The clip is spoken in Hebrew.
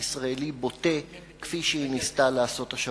אנטי-ישראלי בוטה כפי שהיא ניסתה לעשות השבוע.